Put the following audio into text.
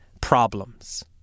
Problems